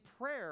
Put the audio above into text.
prayer